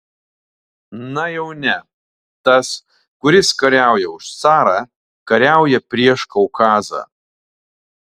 na jau ne tas kuris kariauja už carą kariauja prieš kaukazą